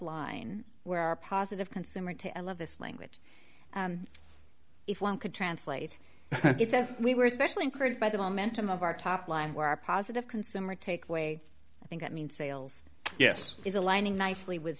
line where a positive consumer to love this language if one could translate it says we were especially encouraged by the momentum of our top line where our positive consumer takes way i think i mean sales yes is aligning nicely with